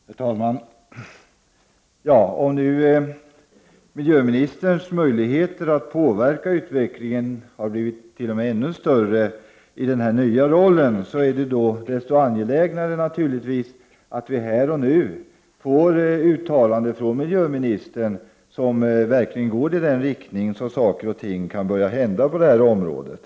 Herr talman! Om nu miljöministerns möjligheter att påverka utvecklingen har blivit t.o.m. ännu större i den här nya rollen, så är det naturligtvis desto angelägnare att vi här och nu får ett uttalande från miljöministern som verkligen går i sådan riktning att saker och ting kan börja hända på det här området.